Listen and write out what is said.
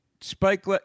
Spike